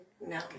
No